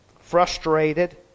frustrated